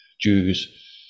Jews